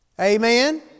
Amen